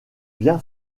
bien